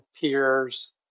peers